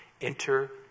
enter